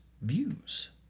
views